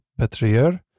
Petrier